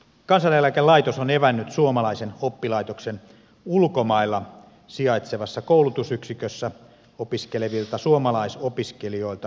kansaneläkelaitos on evännyt suomalaisen oppilaitoksen ulkomailla sijaitsevassa koulutusyksikössä opiskelevilta suomalaisopiskelijoilta opintotukioikeuden